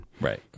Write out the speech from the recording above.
Right